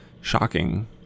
shocking